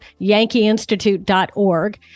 yankeeinstitute.org